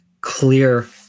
clear